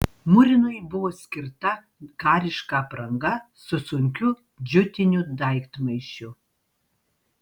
murinui buvo skirta kariška apranga su sunkiu džiutiniu daiktmaišiu